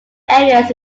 areas